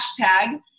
hashtag